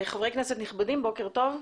חברי כנסת נכבדים, בוקר טוב.